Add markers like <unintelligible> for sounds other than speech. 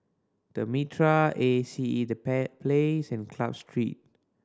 The Mitraa A C E The <unintelligible> Place and Club Street